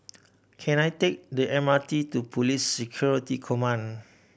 can I take the M R T to Police Security Command